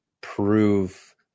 prove